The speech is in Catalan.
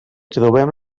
trobem